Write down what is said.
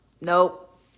nope